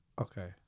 Okay